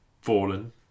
Fallen